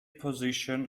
position